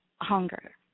hunger